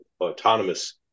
autonomous